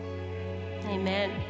amen